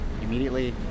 immediately